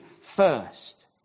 first